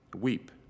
Weep